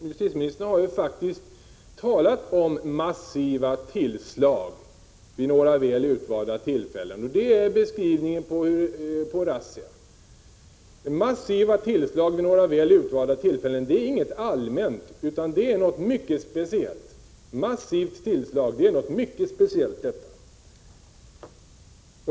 Justitieministern har ju faktiskt talat om massiva tillslag vid några väl utvalda tillfällen. Det är beskrivningen på razzia. Att använda uttrycket ”massiva tillslag” vid några väl utvalda tillfällen är inte att göra något allmänt uttalande, utan det är något mycket speciellt.